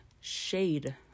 shade